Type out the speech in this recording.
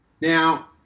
Now